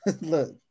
Look